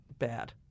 bad